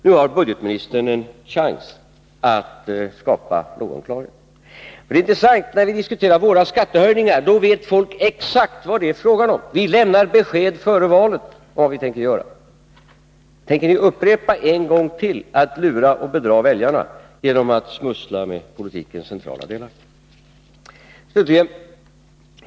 Nu har budgetministern en chans att skapa klarhet. När vi diskuterar våra skattehöjningar vet folk exakt vad det är fråga om. Vi lämnar besked före valet om vad vi tänker göra. Tänker ni en gång till lura och bedra väljarna genom att smussla med politikens centrala delar?